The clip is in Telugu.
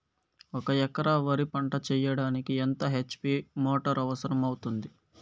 ఒక ఎకరా వరి పంట చెయ్యడానికి ఎంత హెచ్.పి మోటారు అవసరం అవుతుంది?